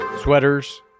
sweaters